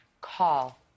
call